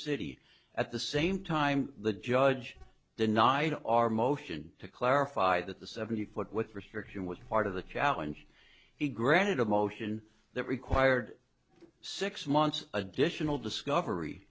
city at the same time the judge denied our motion to clarify that the seventy foot with restriction was part of the challenge he granted a motion that required six months additional discovery